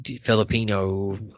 Filipino